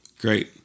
Great